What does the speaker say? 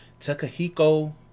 Takahiko